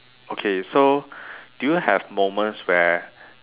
okay so do you have moments where